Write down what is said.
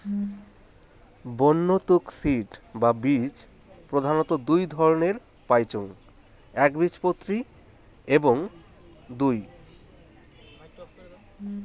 বন্য তুক সিড বা বীজ প্রধানত দুই ধরণের পাইচুঙ একবীজপত্রী এবং দুই